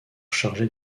chargé